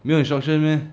没有 instruction meh